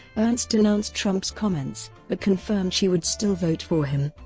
ernst denounced trump's comments, but confirmed she would still vote for him.